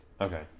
Okay